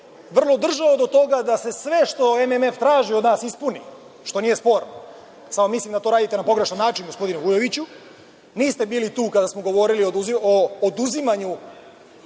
vrlo držao do toga da se sve što MMF traži od nas ispuni, što nije sporno, samo mislim da to radite na pogrešan način, gospodine Vujoviću, niste bili tu kada smo govorili o oduzimanju